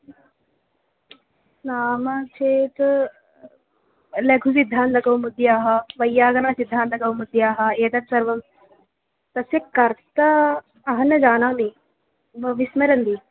नाम चेत् लघुसिद्धान्तकौमुद्याः वैयाकरणसिद्धान्तकौमुद्याः एतत् सर्वं तस्य कर्ता अहं न जानामि विस्मरामि